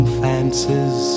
fancies